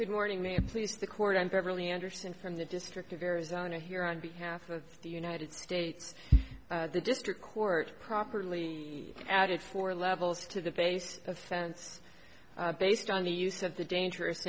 good morning me please the court i'm beverly anderson from the district of arizona here on behalf of the united states district court properly added four levels to the base offense based on the use of the dangerous